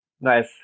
Nice